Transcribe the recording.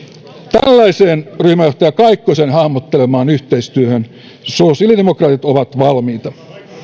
tällaiseen ryhmäjohtaja kaikkosen hahmottelemaan yhteistyöhön sosiaalidemokraatit ovat valmiita